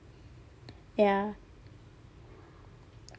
ya